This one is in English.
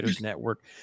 Network